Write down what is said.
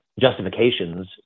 justifications